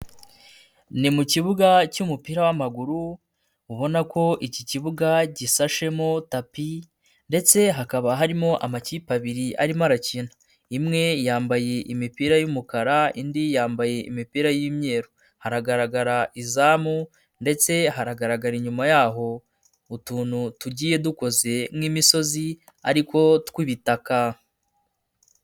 Ni mu kibuga cy'umupira w'amaguru ubona ko iki kibuga gisashemo tapi ndetse hakaba harimo amakipe abiri arimo arakina. Imwe yambaye imipira y'umukara, indi yambaye imipira y'imweru hagaragara izamu, ndetse haragaragara inyuma yaho utuntu tugiye dukoze nk'imisozi ariko tw'ibitaka.